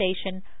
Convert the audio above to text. station